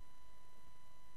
הוא נמצא כאן, ביציע האורחים.